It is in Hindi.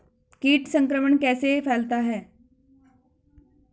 कीट संक्रमण कैसे फैलता है?